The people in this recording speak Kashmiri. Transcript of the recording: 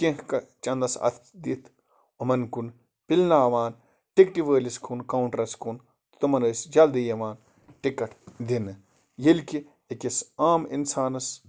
کیٚنٛہہ چنٛدَس اَتھٕ دِتھ یِمَن کُن پِلناوان ٹِکٹہِ وٲلِس کُن کاوُنٛٹَرَس کُن تِمَن ٲسۍ جَلدی یِوان ٹِکَٹ دِنہٕ ییٚلہِ کہِ أکِس عام اِنسانَس